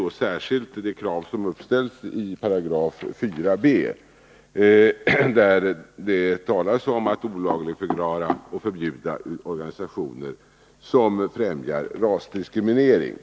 På grund av vad som här anförts får jag ställa följande fråga till justitieministern: